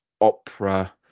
opera